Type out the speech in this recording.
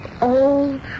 Old